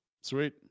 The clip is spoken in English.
Sweet